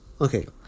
Okay